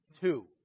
two